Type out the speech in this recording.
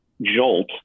jolt